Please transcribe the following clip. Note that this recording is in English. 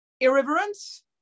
Irreverence